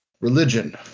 religion